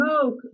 smoke